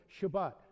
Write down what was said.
shabbat